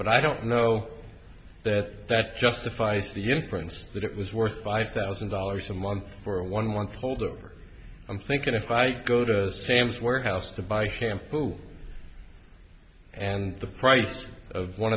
but i don't know that that justifies the inference that it was worth five thousand dollars a month for a one month old or i'm thinking if i go to sam's warehouse to buy shampoo and the price of one